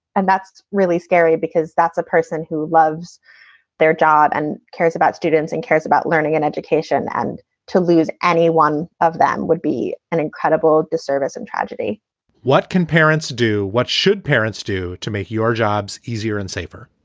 and that's really scary because that's a person who loves their job and cares about students and cares about learning and education. and to lose any one of them would be an incredible disservice and tragedy what can parents do? what should parents do to make your jobs easier and safer?